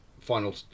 final